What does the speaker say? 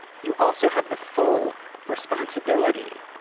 you also have the full responsibility